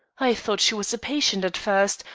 i thought she was a patient at first,